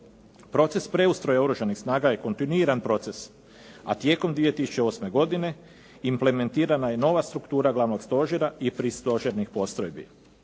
Proces preustroja Oružanih snaga je kontinuiran proces, a tijekom 2008. godine implementirana je nova struktura Glavnog stožera i pristožernih postrojbi.